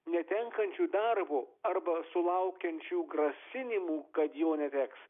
netenkančių darbo arba sulaukiančių grasinimų kad jo neteks